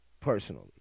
personally